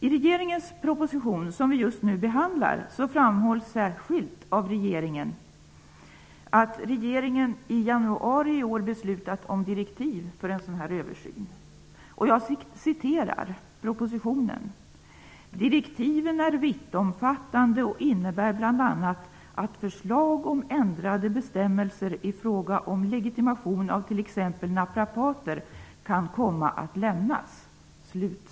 I regeringens proposition, som vi just nu behandlar, framhålls särskilt att regeringen i januari i år har beslutat om direktiv för en sådan här översyn. ''Direktiven är vittomfattande och innebär bl.a. att förslag om ändrade bestämmelser i fråga om legitimation av t.ex. naprapater kan komma att lämnas.''